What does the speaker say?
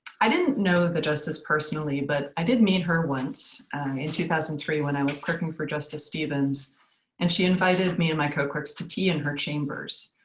i didn't know the justice personally, but i did meet her once in two thousand and three when i was clerking for justice stevens and she invited me and my co-clerks to tea in her chambers.